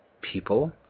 people